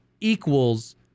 equals